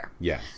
Yes